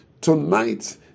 tonight